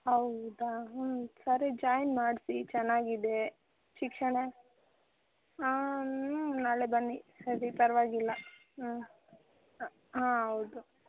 ಹೌದಾ ಹ್ಞೂ ಸರಿ ಜಾಯಿನ್ ಮಾಡಿಸಿ ಚೆನ್ನಾಗಿದೆ ಶಿಕ್ಷಣ ನಾಳೆ ಬನ್ನಿ ಸರಿ ಪರವಾಗಿಲ್ಲ ಹಾಂ ಹಾಂ ಹೌದು